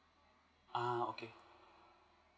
uh okay